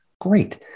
Great